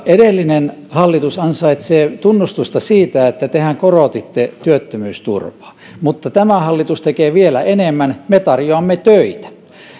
edellinen hallitus ansaitsee tunnustusta siitä että korotitte työttömyysturvaa mutta tämä hallitus tekee vielä enemmän me tarjoamme töitä